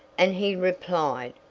and he replied,